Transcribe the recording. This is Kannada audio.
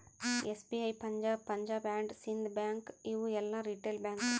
SBI, Punjab, Punjab and Sindh bank ಇವು ಎಲ್ಲಾ ರಿಟೇಲ್ ಬ್ಯಾಂಕ್